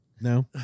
No